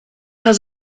has